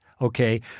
okay